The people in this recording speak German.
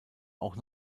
auch